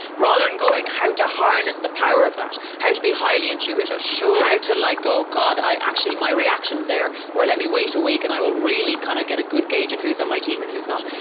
rather than and going how to harness the power of that, how to be highly intuitive sure how to like go, god. i actually, my reactions there or let me wait a week and i will really kind of get a good gage of who's on my team and who's not.